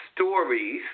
stories